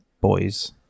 boys